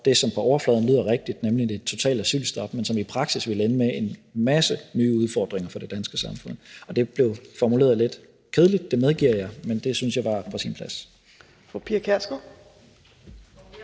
det, som på overfladen lyder rigtigt, nemlig et totalt asylstop, men som i praksis ville ende med en masse nye udfordringer for det danske samfund. Det blev formuleret lidt kedeligt, det medgiver jeg, men det synes jeg var på sin plads. Kl.